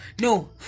no